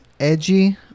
edgy